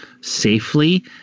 safely